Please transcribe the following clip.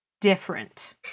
different